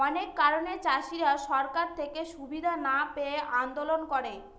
অনেক কারণে চাষীরা সরকার থেকে সুবিধা না পেয়ে আন্দোলন করে